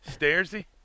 Stairsy